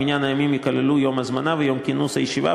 במניין הימים ייכללו יום ההזמנה ויום כינוס הישיבה,